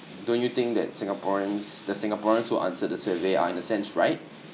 don't you think that singaporeans the singaporeans who answered the survey are in a sense right